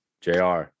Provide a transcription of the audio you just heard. JR